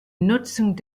nutzung